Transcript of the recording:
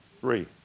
Three